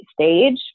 stage